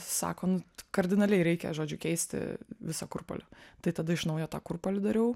sako nu t kardinaliai reikia žodžiu keisti visą kurpalių tai tada iš naujo tą kurpalių dariau